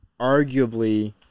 arguably